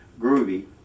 Groovy